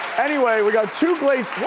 anyway, we got two glazed, what?